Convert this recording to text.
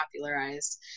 popularized